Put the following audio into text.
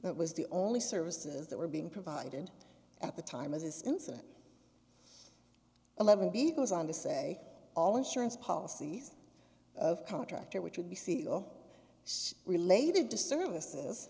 that was the only services that were being provided at the time of this incident eleven b goes on to say all insurance policies of contractor which would be seal related to services